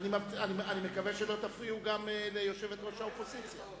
אני מקווה שלא תפריעו גם ליושבת-ראש האופוזיציה.